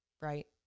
right